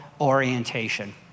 orientation